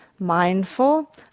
Mindful